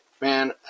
man